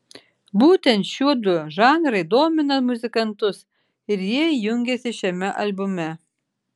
būtent šiuodu žanrai domina muzikantus ir jie jungiasi šiame albume